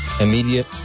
immediate